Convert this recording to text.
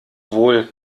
wohl